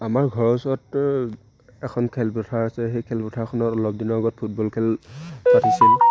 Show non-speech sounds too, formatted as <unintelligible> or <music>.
আমাৰ ঘৰৰ ওচৰত এখন খেলপথাৰ আছে সেই খেলপথাৰখনত অলপ দিনৰ আগত লগত ফুটবল খেল <unintelligible>